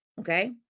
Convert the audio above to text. Okay